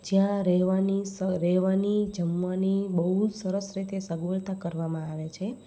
જ્યાં રહેવાની સ રહેવાની જમવાની બહુ સરસ રીતે સગવડતા કરવામાં આવે છે